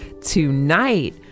tonight